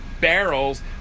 barrels